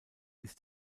ist